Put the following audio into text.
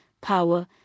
power